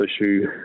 issue